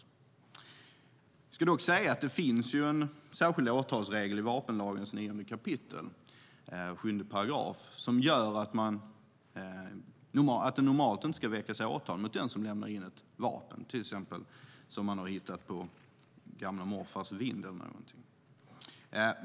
Det ska dock sägas att det finns en särskild åtalsregel i 9 kap. 7 § vapenlagen som gör att det normalt inte ska väckas åtal mot den som lämnar in ett vapen som man till exempel har hittat på sin gamla morfars vind.